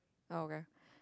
oh K